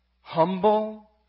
Humble